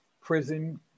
prison